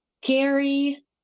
gary